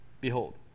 Behold